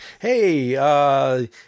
hey